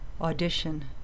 audition